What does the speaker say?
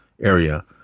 area